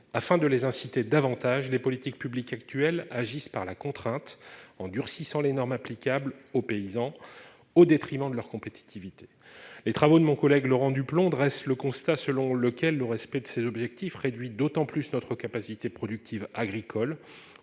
afin de les inciter davantage les politiques publiques actuelles agissent par la contrainte en durcissant les normes applicables aux paysans, au détriment de leur compétitivité, les travaux de mon collègue Laurent Duplomb dresse le constat selon lequel le respect de ses objectifs réduit d'autant plus notre capacité productive agricole